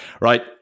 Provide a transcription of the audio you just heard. Right